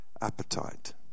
appetite